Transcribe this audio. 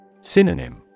Synonym